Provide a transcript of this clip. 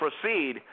proceed